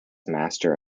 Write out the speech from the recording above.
master